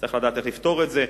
וצריך לדעת איך לפתור את זה.